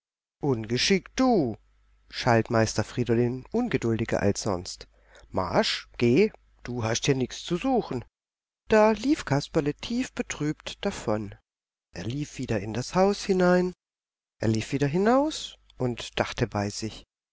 ungeschick du schalt meister friedolin ungeduldiger als sonst marsch geh du hast hier nichts zu suchen da lief kasperle tiefbetrübt davon er lief wieder in das haus hinein er lief wieder hinaus und dachte bei sich